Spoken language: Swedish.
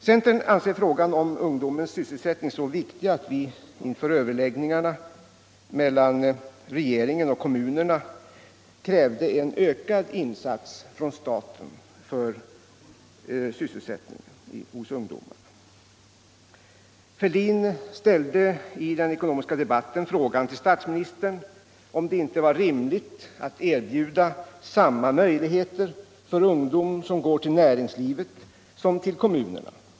Centern anser frågan om ungdomens sysselsättning så viktig att vi inför överläggningarna mellan regeringen och kommunerna krävde en ökad insats från staten för sysselsättningen av ungdomen. Herr Fälldin ställde i den ekonomiska debatten en fråga till statsministern om det inte var rimligt att erbjuda samma möjligheter för ungdom som går till näringslivet som till kommunerna.